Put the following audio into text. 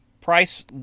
Price